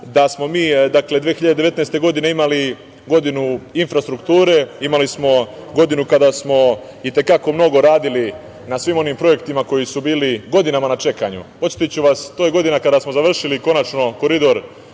da smo mi 2019. godine imali godinu infrastrukture, imali smo godinu kada smo i te kako mnogo radili na svim onim projektima koji su bili godinama na čekanju .Podsetiću vas, to je godina kada smo završili konačno Koridor